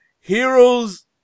Heroes